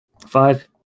Five